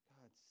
God